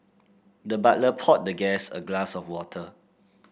the butler poured the guest a glass of water